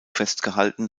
festgehalten